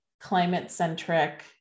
climate-centric